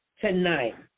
tonight